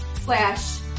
slash